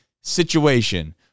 situation